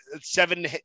seven